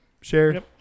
share